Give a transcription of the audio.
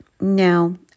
Now